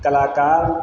कलाकार